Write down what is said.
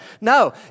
No